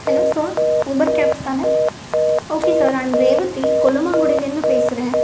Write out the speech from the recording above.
hello sir Uber கேப்ஸ்தானே okay sir I'm Revathi கொல்லுமாங்குடியிலேருந்து பேசுகிறேன்